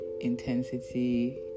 intensity